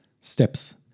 Steps